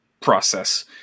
process